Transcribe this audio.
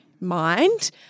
mind